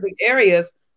areas